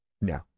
No